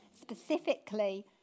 specifically